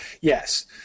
yes